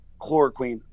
chloroquine